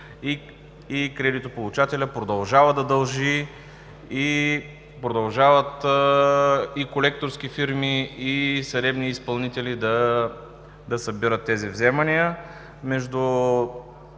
и кредитополучателят продължава да дължи. Продължават и колекторски фирми, и съдебни изпълнители да събират тези вземания.